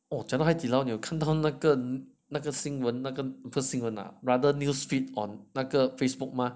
orh 讲到海底捞你看到那个那个新闻那个新闻啊 rather news feed on 那个 Facebook 吗